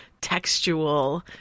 textual